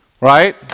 right